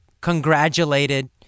congratulated